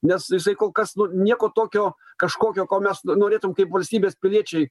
nes jisai kol kas nu nieko tokio kažkokio ko mes norėtum kaip valstybės piliečiai